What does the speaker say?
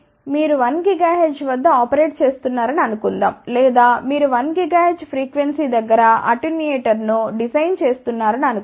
మీరు 1 GHz వద్ద operate చేస్తున్నారని అనుకుందాం లేదా మీరు 1 GHz ఫ్రీక్వెన్సీ దగ్గర అటెన్యూయేటర్ను డిజైన్ చేస్తున్నారని అనుకుందాం